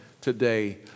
today